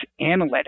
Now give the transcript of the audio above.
analytics